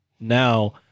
Now